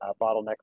bottleneck